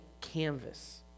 canvas